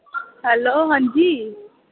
hello हां जी